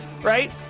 right